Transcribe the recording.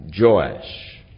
Joash